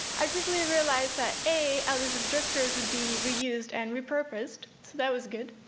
i quickly realized that a, at least these drifters would be reused and repurposed, so that was good.